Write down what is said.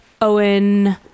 Owen